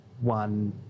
one